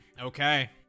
okay